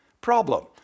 Problem